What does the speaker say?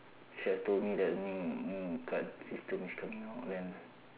she have told me that new new card system is coming out then